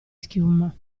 schiuma